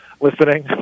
listening